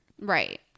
right